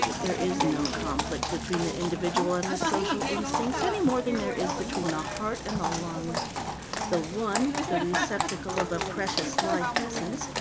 there is no conflict between the individual and the social instincts, any more than there is between the heart and the lungs the one the receptacle of a precious life essence,